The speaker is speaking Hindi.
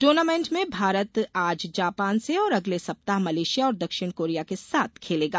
टूर्नामेंट में भारत आज जापान से और अगले सप्ताह मलयेशिया और दक्षिण कोरिया के साथ खेलेगा